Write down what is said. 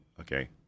Okay